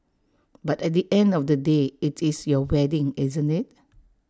but at the end of the day IT is your wedding isn't IT